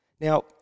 Now